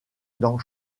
dans